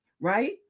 right